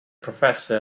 professor